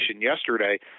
yesterday